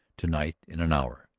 to-night, in an hour,